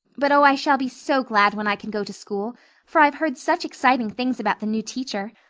but oh, i shall be so glad when i can go to school for i've heard such exciting things about the new teacher.